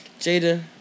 Jada